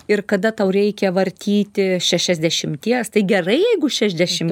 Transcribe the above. ir kada tau reikia vartyti šešiasdešimties tai gerai jeigu šešdešim